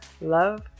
Love